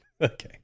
Okay